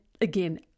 again